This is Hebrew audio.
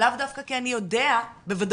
לאו דווקא כי אני יודע בוודאות